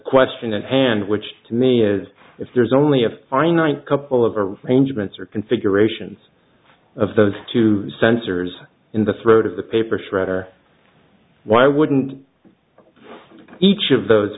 question at hand which to me is if there's only a finite couple of arrangements or configurations of those two sensors in the throat of the paper shredder why wouldn't each of those